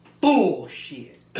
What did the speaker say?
Bullshit